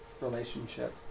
relationship